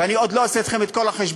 ואני עוד לא עושה אתכם את כל החשבונות.